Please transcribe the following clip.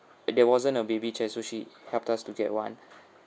there wasn't a baby chair so she helped us to get one